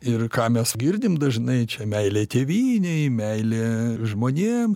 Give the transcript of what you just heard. ir ką mes girdim dažnai čia meilė tėvynei meilė žmonėm